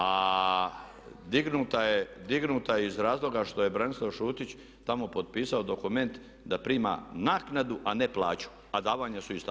A dignuta je iz razloga što je Branislav Šutić tamo potpisao dokument da prima naknadu a ne plaću a davanja su ista.